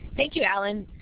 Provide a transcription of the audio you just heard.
thank you, allen.